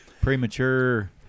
Premature